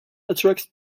attracts